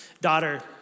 daughter